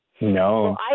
No